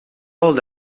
old